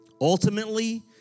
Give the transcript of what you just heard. Ultimately